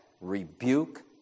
rebuke